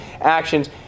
actions